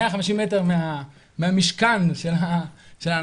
150 מטר מהמשכן של האנשים.